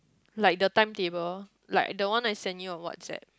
like the timetable like the one I send you on WhatsApp